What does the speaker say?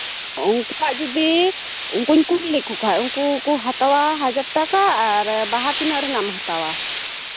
ᱩᱱᱠᱩᱣᱟᱜ ᱡᱩᱫᱤ ᱩᱱᱠᱩᱧ ᱠᱩᱞ ᱞᱮᱠᱚ ᱠᱷᱟᱡ ᱩᱱᱠᱩ ᱠᱚ ᱦᱟᱛᱟᱣᱟ ᱦᱟᱡᱟᱨ ᱴᱟᱠᱟ ᱟᱨ ᱵᱟᱦᱟ ᱛᱤᱱᱟᱹᱜ ᱨᱮᱱᱟᱜ ᱮᱢ ᱦᱟᱛᱟᱣᱟ